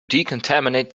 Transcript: decontaminate